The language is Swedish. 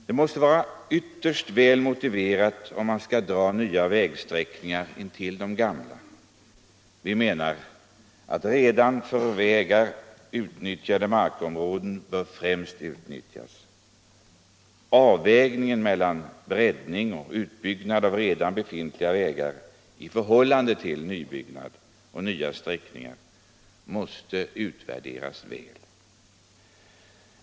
Det måste vara ytterst väl motiverat, om man skall dra nya vägar intill de gamla. Vi menar att för vägar redan utnyttjade markområden främst bör användas. Avvägningen mellan breddning och utbyggnad av redan befintliga vägar i förhållande till nybyggnad och nya sträckningar måste utvärderas väl.